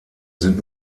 sind